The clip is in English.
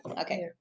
Okay